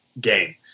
game